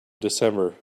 december